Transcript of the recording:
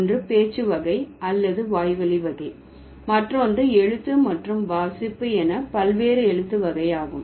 ஒன்று பேச்சு வகை அல்லது வாய்வழி வகை மற்றொன்று எழுத்து மற்றும் வாசிப்பு என பல்வேறு எழுத்து வகையாகும்